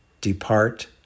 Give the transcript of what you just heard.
depart